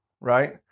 Right